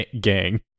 gang